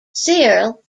searle